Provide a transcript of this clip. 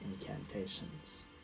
incantations